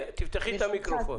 תפתחי את המיקרופון.